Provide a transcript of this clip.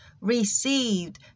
received